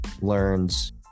learns